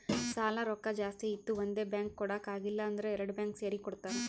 ಸಾಲಾ ರೊಕ್ಕಾ ಜಾಸ್ತಿ ಇತ್ತು ಒಂದೇ ಬ್ಯಾಂಕ್ಗ್ ಕೊಡಾಕ್ ಆಗಿಲ್ಲಾ ಅಂದುರ್ ಎರಡು ಬ್ಯಾಂಕ್ ಸೇರಿ ಕೊಡ್ತಾರ